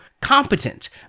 Competent